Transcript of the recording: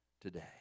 today